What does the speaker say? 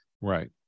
Right